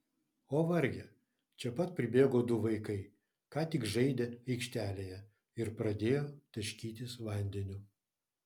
o varge čia pat pribėgo du vaikai ką tik žaidę aikštelėje ir pradėjo taškytis vandeniu